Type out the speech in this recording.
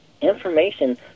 information